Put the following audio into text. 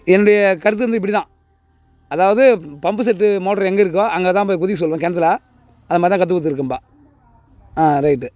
என்னுடைய கருத்து வந்து இப்படி தான் அதாவது பம்பு செட்டு மோட்ரு எங்கள் இருக்கோ அங்கே தான் போய் குதிக்க சொல்வேன் கிணத்துல அதுமாதிரி தான் கத்துக்குடுத்துருக்கேன்ப்பா ரைட்டு